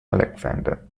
alexander